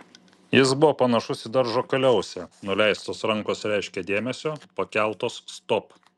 jis buvo panašus į daržo kaliausę nuleistos rankos reiškė dėmesio pakeltos stop